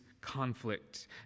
conflict